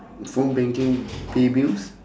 phone banking pay bills